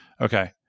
Okay